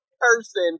person